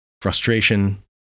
Frustration